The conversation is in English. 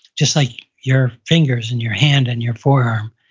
just like your fingers and your hand and your forearm.